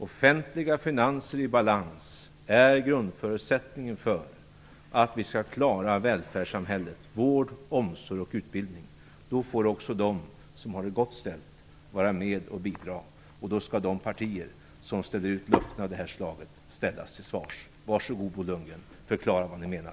Offentliga finanser i balans är grundförutsättningen för att vi skall klara välfärdssamhället, vård, omsorg och utbildning. Då får också de som har det gott ställt vara med och bidra. Då skall de partier som ställer ut löften av det här slaget ställas till svars. Var så god och förklara, Bo Lundgren, vad ni menar.